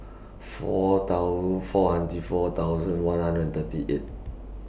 four four hundred four thousand one hundred and thirty eight